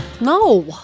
No